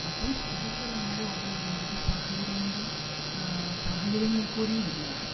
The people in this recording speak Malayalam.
അപ്പം ഇതൊക്കെ നമ്മുടെ ഓരോ ജീവിത സാഹചര്യം കൊണ്ടും സാഹചര്യങ്ങളിൽ കൂടെയും വരുന്നതാണ്